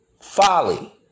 folly